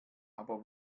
aber